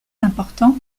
important